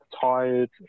tired